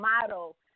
model